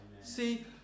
See